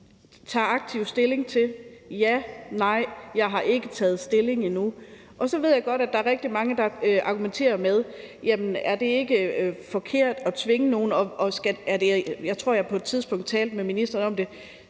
– tager aktivt stilling til: Ja, nej, eller jeg har ikke taget stilling endnu. Så ved jeg godt, at der er rigtig mange, der argumenterer ved at sige: Er det ikke forkert at tvinge nogen? Jeg tror, jeg på et tidspunkt talte med ministeren om det,